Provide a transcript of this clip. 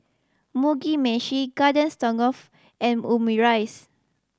Mugi Meshi Garden Stroganoff and Omurice